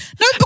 No